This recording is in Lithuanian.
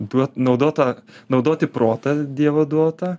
duot naudot tą naudoti protą dievo duotą